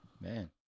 Man